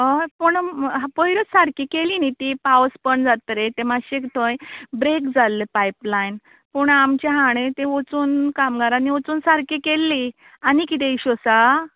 हय पूण पयरूच सारकी केली न्ही ती पावस बंद जातकीर ती मात्शें थंय ब्रेक जाल्लें पायप लायन पूण आमच्या हांणें तें वचून कामगारांनी वचून सारकी केल्ली आनी कितें इश्यू आसा